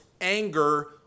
anger